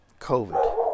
COVID